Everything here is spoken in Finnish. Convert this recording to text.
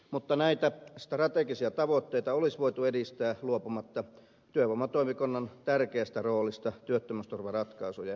mutta näitä strategisia tavoitteita olisi voitu edistää luopumatta työvoimatoimikunnan tärkeästä roolista työttömyysturvaratkaisujen päättäjänä